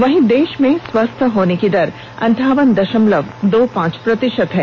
वहीं देश में स्वस्थ होने की दर अंठावन दशमलव दो पांच प्रतिशत है